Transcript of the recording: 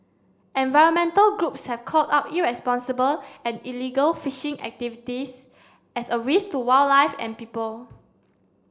environmental groups have called out irresponsible and illegal fishing activities as a risk to wildlife and people